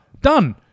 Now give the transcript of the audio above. done